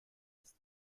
ist